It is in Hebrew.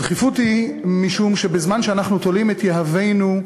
הדחיפות היא משום שבזמן שאנחנו תולים את יהבנו,